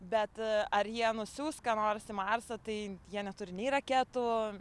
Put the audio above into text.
bet ar jie nusiųs ką nors į marsą tai jie neturi nei raketų